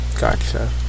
gotcha